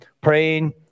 praying